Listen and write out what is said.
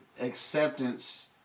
acceptance